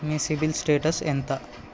మీ CIBIL status ఎంత?